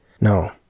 No